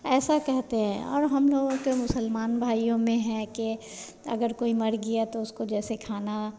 ऐसा कहते हैं और हम लोगों के मुसलमान भाईयों में है कि अगर कोई मर गया तो उसको जैसे खाना